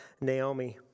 Naomi